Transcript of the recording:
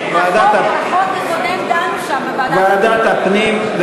בחוק הקודם דנו שם, בוועדת הפנים.